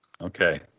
Okay